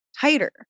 tighter